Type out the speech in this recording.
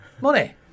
Money